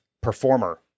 performer